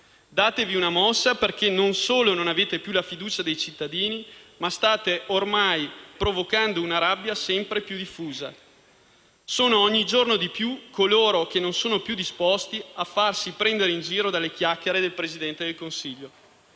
Datavi una mossa, perché non solo non avete più la fiducia dei cittadini, ma state ormai provocando una rabbia sempre più diffusa. Sono ogni giorno di più coloro che non sono più disposti a farsi prendere in giro dalle chiacchiere del Presidente del Consiglio.